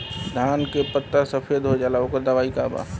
धान के पत्ता सफेद हो जाला ओकर दवाई का बा?